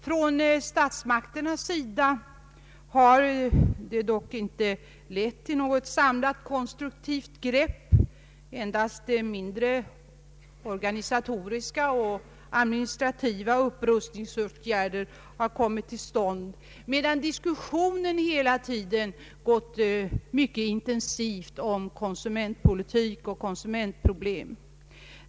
Hos statsmakterna har dessa förslag dock inte lett till något samlat konstruktivt grepp. Endast mindre organisatoriska och administrativa upprustningsåtgärder har kommit till stånd, medan diskussionen om konsumentpolitik och konsumentproblem hela tiden har pågått mycket intensivt.